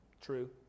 True